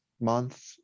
month